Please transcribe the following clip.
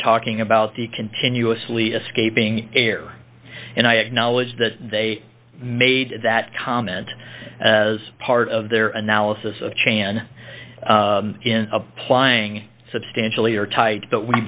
talking about the continuously escaping air and i acknowledge that they made that comment as part of their analysis of chan in applying substantially or tight but we